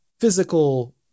physical